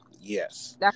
yes